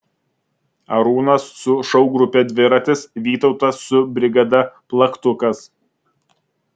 arūnas su šou grupe dviratis vytautas su brigada plaktukas